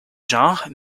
genre